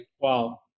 Wow